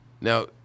Now